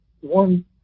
one